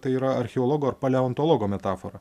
tai yra archeologo ar paleontologo metafora